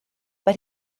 but